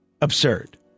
absurd